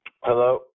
Hello